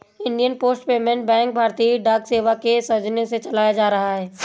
Indian post payment bank भारतीय डाक सेवा के सौजन्य से चलाया जा रहा है